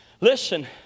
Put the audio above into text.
Listen